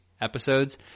episodes